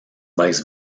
vice